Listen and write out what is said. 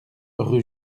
rue